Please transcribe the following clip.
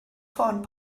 ffôn